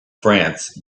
france